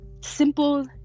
simple